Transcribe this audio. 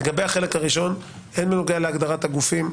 לגבי החלק הראשון - הן בנוגע להגדרת הגופים,